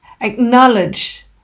acknowledge